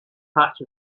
patch